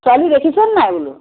ছোৱালী দেখিছেনে নাই বোলো